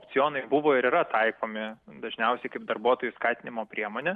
opcijonai buvo ir yra taikomi dažniausiai kaip darbuotojų skatinimo priemonė